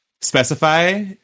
specify